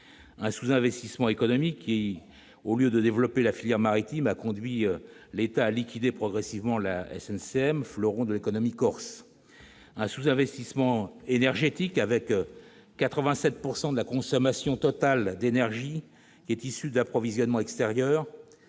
Le sous-investissement économique, au lieu de développer la filière maritime, a conduit l'État à liquider progressivement la SNCM, fleuron de l'économie corse. Le sous-investissement est aussi énergétique, avec 87 % de la consommation totale d'énergie issue d'approvisionnements extérieurs